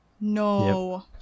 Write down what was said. No